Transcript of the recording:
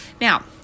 Now